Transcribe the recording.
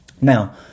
now